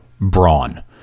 brawn